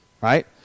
Right